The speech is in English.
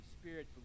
Spirit